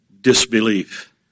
disbelief